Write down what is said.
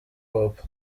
hop